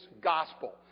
gospel